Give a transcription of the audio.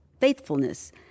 faithfulness